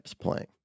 playing